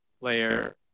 layer